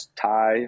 tie